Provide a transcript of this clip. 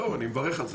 אני מברך על זה.